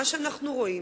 מה שאנחנו רואים,